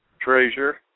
treasure